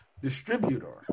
Distributor